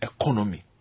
economy